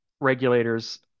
regulators